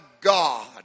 God